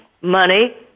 money